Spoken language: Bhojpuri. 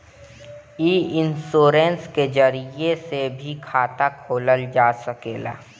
इ इन्शोरेंश के जरिया से भी खाता खोलल जा सकेला